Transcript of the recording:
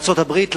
שארצות-הברית,